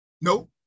Nope